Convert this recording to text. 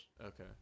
okay